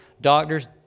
Doctors